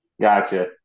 Gotcha